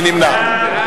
מי נמנע?